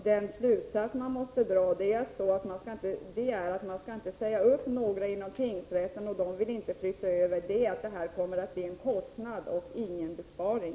Den slutsats som kan dras är att ingen inom tingsrätterna skall sägas upp, ingen vill flytta över och att det kommer att bli en kostnad i stället för en besparing.